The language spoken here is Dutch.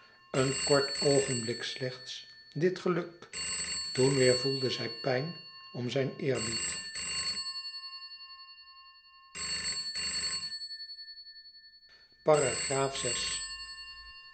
een kort oogenblik slechts dit geluk toen weêr voelde zij pijn om zijn eerbied